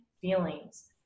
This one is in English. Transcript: feelings